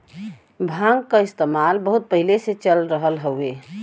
भांग क इस्तेमाल बहुत पहिले से चल रहल हउवे